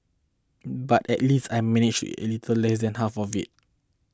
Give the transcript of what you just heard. but at least I manage a little less than half of it